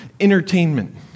Entertainment